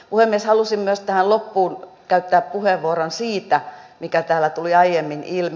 puhemies haluaisin myös tähän loppuun käyttää puheenvuoron siitä mikä täällä tuli aiemmin ilmi